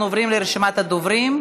רבותיי, אנחנו עוברים לרשימת הדוברים,